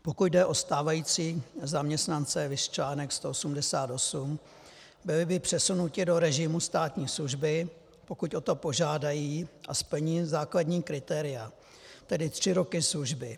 Pokud jde o stávající zaměstnance, viz článek 188, byly by přesunuti do režimu státní služby, pokud o to požádají a splní základní kritéria, tedy tři roky služby.